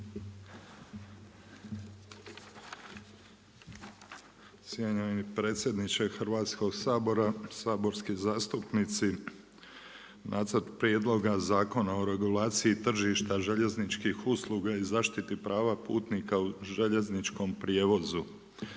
Cijenjeni predsjedniče Hrvatskoga sabora, saborski zastupnici. Nacrtom Prijedloga zakona o regulaciji tržišta željezničkih usluga i zaštiti prava putnika u željezničkom prijevozu